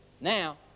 Now